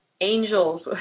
angels